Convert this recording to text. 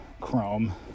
chrome